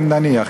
נניח,